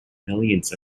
millions